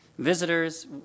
Visitors